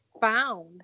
found